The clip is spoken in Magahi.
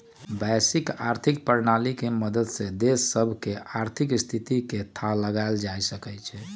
वैश्विक आर्थिक प्रणाली के मदद से देश सभके आर्थिक स्थिति के थाह लगाएल जा सकइ छै